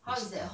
wasted